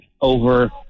over